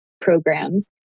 programs